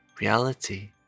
reality